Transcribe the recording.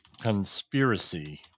conspiracy